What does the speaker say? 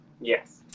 Yes